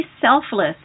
selfless